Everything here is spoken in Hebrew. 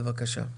בבקשה.